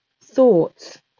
thoughts